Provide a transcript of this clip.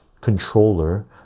controller